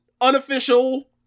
unofficial